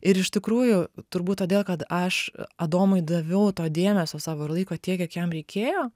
ir iš tikrųjų turbūt todėl kad aš adomui daviau to dėmesio savo ir laiko tiek kiek jam reikėjo